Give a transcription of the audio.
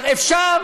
השר.